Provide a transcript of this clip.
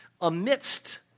amidst